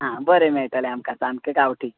आं बरें मेळटलें आमकां सामकें गांवटी